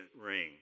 ring